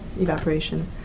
evaporation